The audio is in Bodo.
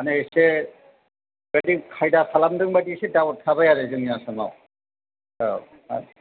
माने एसे बायदि खायदा खालामदों बायदि एसे डाउट थाबाय आरो जोंनि आसामाव औ